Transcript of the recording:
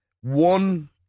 One